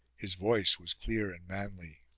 his voice was clear and manly.